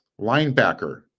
linebacker